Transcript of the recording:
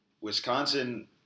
Wisconsin